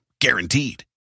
Guaranteed